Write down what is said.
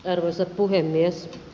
arvoisa puhemies